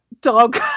dog